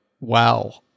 wow